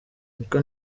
niko